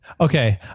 Okay